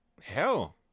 Hell